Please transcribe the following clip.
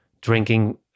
drinking